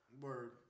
Word